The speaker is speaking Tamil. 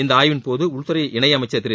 இந்த ஆய்வின்போது உள்துறை இணையமைச்சர் திரு